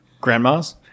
grandmas